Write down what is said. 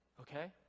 okay